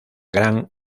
gran